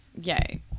yay